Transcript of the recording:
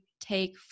take